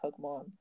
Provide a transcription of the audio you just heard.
pokemon